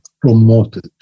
promoted